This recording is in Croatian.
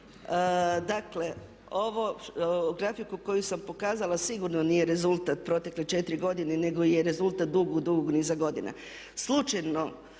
Dakle, grafiku koju sam pokazala sigurno nije rezultat protekle 4 godine nego je rezultat dugog niza godina.